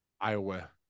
Iowa